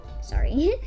Sorry